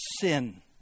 sin